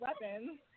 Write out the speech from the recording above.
weapons